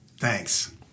Thanks